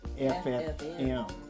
FFM